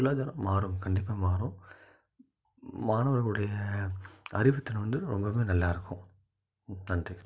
பொருளாதாரம் மாறும் கண்டிப்பாக மாறும் மாணவர்களுடைய அறிவுத்திறன் வந்து ரொம்பவுமே நல்லாருக்கும் நன்றி